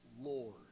Lord